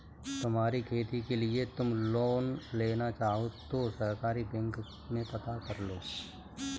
तुम्हारी खेती के लिए तुम लोन लेना चाहो तो सहकारी बैंक में पता करलो